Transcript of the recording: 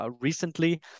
Recently